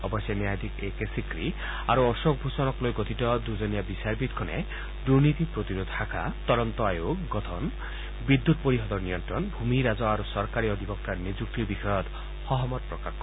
অৱশ্যে ন্যায়াধীশ A K Sikri আৰু অশোক ভূষণক লৈ গঠিত দুজনীয়া ন্যায়াধীশৰ বিচাৰপীঠখনে দুনীতি প্ৰতিৰোধ শাখা তদন্ত আয়োগ গঠন বিদ্যুৎ পৰিষদৰ নিয়ন্ত্ৰণ ভূমি ৰাজহ বিষয় আৰু চৰকাৰী অধিবক্তাৰ নিযুক্তিৰ বিষয়ত সহমত প্ৰকাশ কৰে